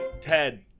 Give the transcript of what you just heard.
Ted